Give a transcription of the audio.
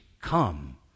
come